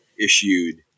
issued